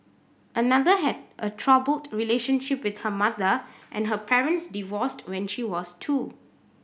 another had a troubled relationship with her mother and her parents divorced when she was two